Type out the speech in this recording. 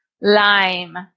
lime